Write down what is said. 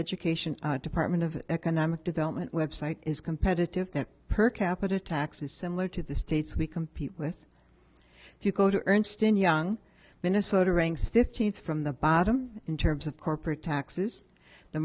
education department of economic development website is competitive the per capita tax is similar to the states we compete with if you go to ernst and young minnesota ranks fifteenth from the bottom in terms of corporate taxes the